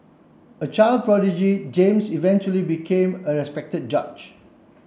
a child prodigy James eventually became a respected judge